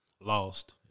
lost